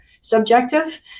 subjective